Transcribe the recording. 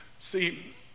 See